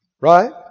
right